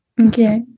okay